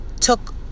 took